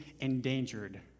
endangered